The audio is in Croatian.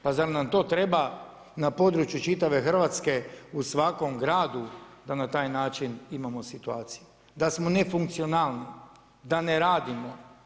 Pa zar nam to treba na području čitave Hrvatske u svakom gradu da na taj način imamo situaciju, da smo ne funkcionalni, da ne radimo?